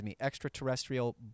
extraterrestrial